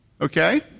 Okay